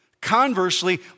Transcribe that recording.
Conversely